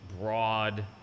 broad